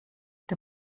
der